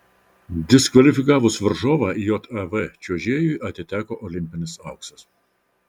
diskvalifikavus varžovą jav čiuožėjui atiteko olimpinis auksas